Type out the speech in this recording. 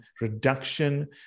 reduction